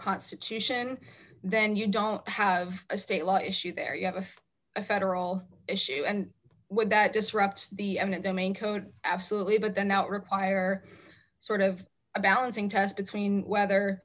constitution then you don't have a state law issue there you have a federal issue and one that disrupts the eminent domain code absolutely but then that require sort of a balancing test between whether